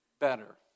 better